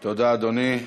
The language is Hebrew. תודה, אדוני.